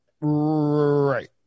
Right